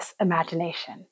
imagination